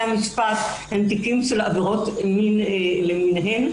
המשפט הם תיקים של עבירות מין למיניהן